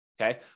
okay